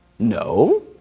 No